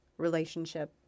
Relationship